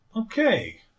Okay